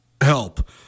help